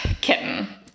kitten